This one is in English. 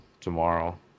tomorrow